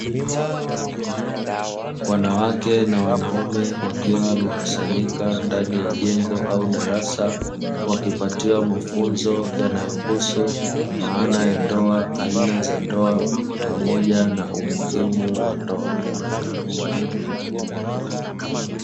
Wanawake na wanaume wakiwa wamekusanyika ndani ya jengo au darasa, wakipatiwa mafunzo yanayohusu maana ya ndoa, aina za ndoa pamoja na umuhimu wa ndoa.